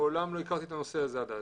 מעולם לא הכרתי את הנושא הזה עד אז.